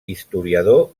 historiador